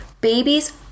Babies